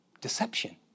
Deception